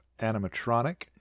animatronic